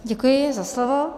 Děkuji za slovo.